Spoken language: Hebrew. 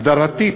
הגדרתית.